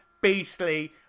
beastly